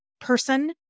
person